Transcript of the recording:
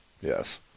Yes